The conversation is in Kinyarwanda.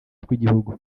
tw’igihugu